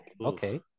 Okay